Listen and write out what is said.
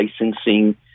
licensing